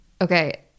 Okay